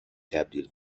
تبدیل